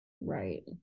right